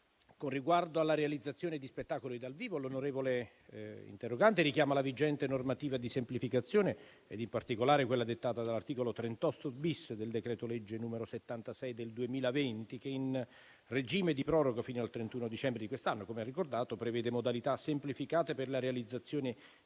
con riguardo alla realizzazione di spettacoli dal vivo, l'onorevole interrogante richiama la vigente normativa di semplificazione ed in particolare quella dettata dall'articolo 38-*bis* del decreto-legge n. 76 del 2020, che, in regime di proroga fino al 31 dicembre di quest'anno, come ha ricordato, prevede modalità semplificate per la realizzazione